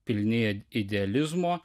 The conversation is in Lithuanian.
pilni idealizmo